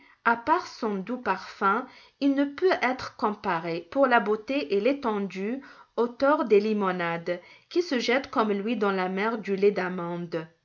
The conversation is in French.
à part son doux parfum il ne peut être comparé pour la beauté et l'étendue au torrent des limonades qui se jette comme lui dans la mer du lait d'amandes